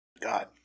God